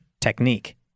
technique